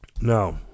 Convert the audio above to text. Now